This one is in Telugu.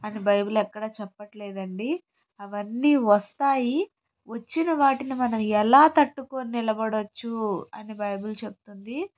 అని బైబిల్ ఎక్కడా చెప్పట్లేదండి అవన్నీ వస్తాయి వచ్చినవాటిని మనం ఎలా తట్టుకొని నిలబడొచ్చు అని బైబిల్ చెప్తుంది